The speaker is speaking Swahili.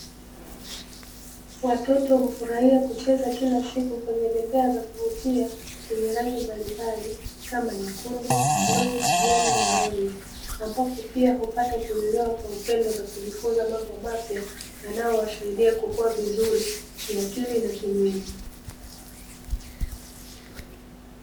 Watoto hufurahia kucheza kila siku kwenye bembea za kuvutia, zenye rangi mbalimbali kama nyekundu, bluu, kijani na orenji. Ambapo pia hupata kulelewa kwa upendo na kujifunza mambo mapya, yanayowasaidia kukua vizuri kiakili na kimwili.